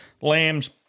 lambs